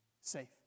safe